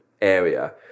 area